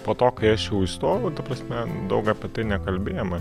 po to kai aš jau įstojau ta prasme daug apie tai nekalbėjome